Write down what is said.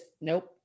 nope